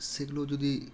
সেগুলো যদি